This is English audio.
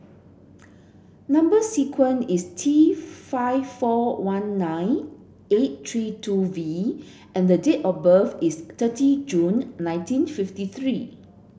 number sequence is T five four one nine eight three two V and date of birth is thirty June nineteen fifty three